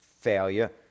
failure